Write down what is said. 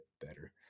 better